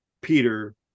Peter